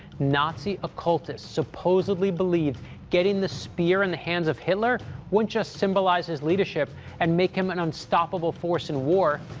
nazi occultists supposedly believed getting the spear in the hands of hitler wouldn't just symbolize his leadership and make him an unstoppable force in war.